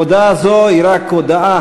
הודעה זו היא רק הודעה,